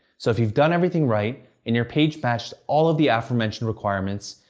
so if you've done everything right and your page matched all of the aforementioned requirements,